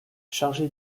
chargé